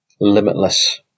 limitless